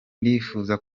ndifuza